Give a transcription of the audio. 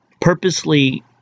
Purposely